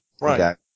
Right